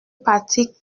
patrick